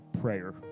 prayer